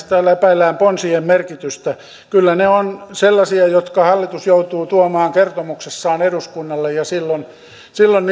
täällä epäillään ponsien merkitystä kyllä ne ovat sellaisia jotka hallitus joutuu tuomaan kertomuksessaan eduskunnalle ja silloin silloin